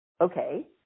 Okay